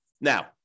Now